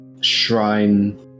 Shrine